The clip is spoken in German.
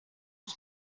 uns